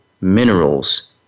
minerals